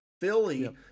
Philly